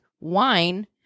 wine